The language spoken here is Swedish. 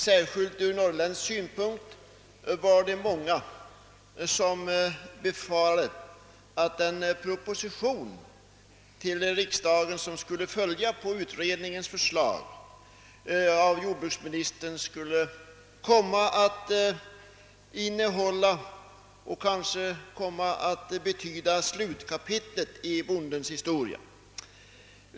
Särskilt i Norrland var det många som befarade att den jordbruksproposition till riksdagen, som var att vänta efter utredningens förslag, skulle komma att betyda slutkapitlet i bondens historia.